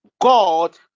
god